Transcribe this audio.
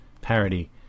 parody